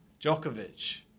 Djokovic